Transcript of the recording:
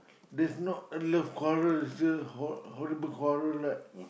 that's not a love quarrel it's a horr~ horrible quarrel right